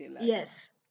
yes